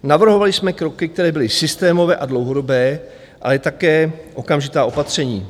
Navrhovali jsme kroky, které byly systémové a dlouhodobé, ale také okamžitá opatření.